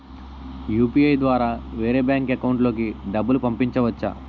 UPI ద్వారా వేరే bank account లోకి డబ్బులు పంపించవచ్చా?